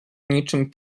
niczym